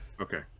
Okay